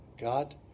God